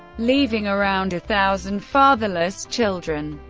leaving around a thousand fatherless children.